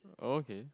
oh okay